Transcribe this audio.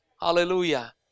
Hallelujah